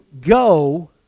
go